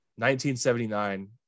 1979